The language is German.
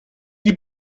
die